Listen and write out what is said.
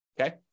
okay